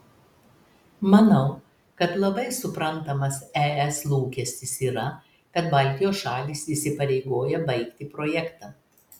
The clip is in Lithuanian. manau kad labai suprantamas es lūkestis yra kad baltijos šalys įsipareigoja baigti projektą